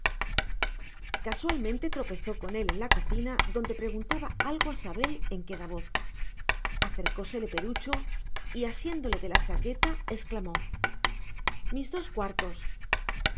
casualmente tropezó con él en la cocina donde preguntaba algo a sabel en queda voz acercósele perucho y asiéndole de la chaqueta exclamó mis dos cuartos